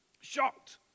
Shocked